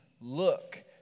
look